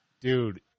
Dude